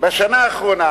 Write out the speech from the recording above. בשנה האחרונה